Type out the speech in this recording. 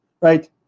right